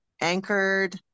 anchored